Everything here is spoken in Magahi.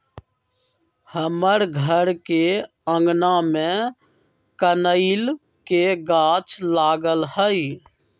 हमर घर के आगना में कनइल के गाछ लागल हइ